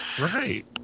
Right